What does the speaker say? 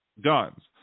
guns